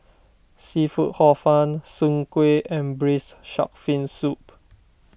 Seafood Hor Fun Soon Kueh and Braised Shark Fin Soup